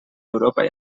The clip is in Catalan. europa